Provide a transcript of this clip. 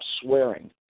swearing